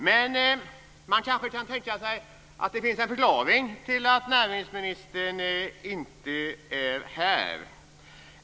Man kanske kan tänka sig att det finns en förklaring till att näringsministern inte är här.